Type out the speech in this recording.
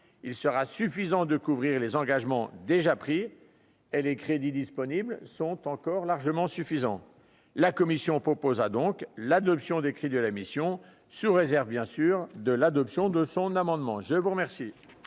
il sera suffisant de couvrir les engagements déjà pris, elle les crédits disponibles sont encore largement suffisant, la commission propose a donc l'adoption des clés de la mission, sous réserve bien sûr de l'adoption de son amendement, je vous remercie.